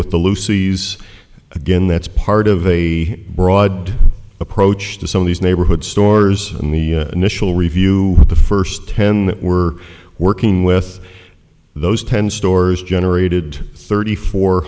with the loosies again that's part of a broad approach to some of these neighborhood stores and the initial review of the first ten were working with those ten stores generated thirty four